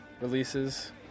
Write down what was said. releases